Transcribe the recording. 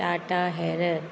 Tata Harrier